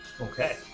Okay